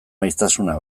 maiztasuna